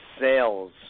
sales